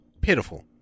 pitiful